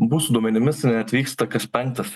mūsų duomenimis neatvyksta kas penktas